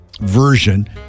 version